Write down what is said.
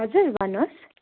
हजुर भन्नुहोस्